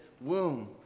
womb